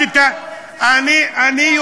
בסדר,